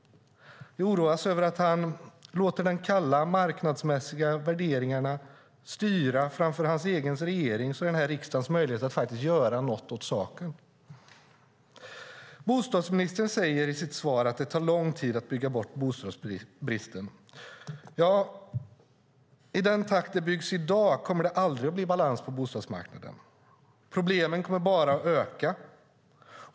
Jag oroas över att han låter de kalla marknadsmässiga värderingarna styra framför hans egen regerings och riksdagens möjligheter att göra något åt saken. Bostadsministern säger i sitt svar att det tar lång tid att bygga bort bostadsbristen. Ja, med den takt det byggs i dag kommer det aldrig att bli balans på bostadsmarknaden. Problemen kommer bara att öka.